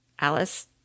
Alice